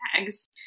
bags